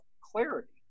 clarity